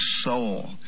soul